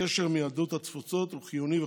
הקשר עם יהדות התפוצות הוא חיוני וחשוב.